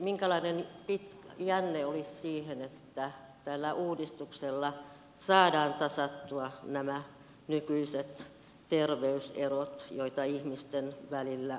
minkälainen jänne olisi siinä että tällä uudistuksella saadaan tasattua nämä nykyiset terveyserot joita ihmisten välillä on